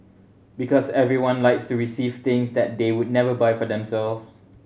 because everyone likes to receive things that they would never buy for themselves